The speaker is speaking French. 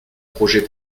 projet